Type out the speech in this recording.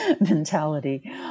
mentality